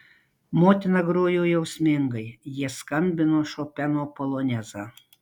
motina grojo jausmingai jie skambino šopeno polonezą